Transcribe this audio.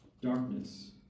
darkness